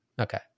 Okay